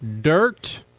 Dirt